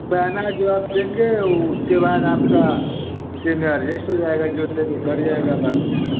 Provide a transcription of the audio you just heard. banner जो आप देंगे वह उसके बाद आपका उसी में अर्जेस्ट हो जाएगा जो कट जाएगा बाद में